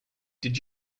did